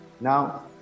now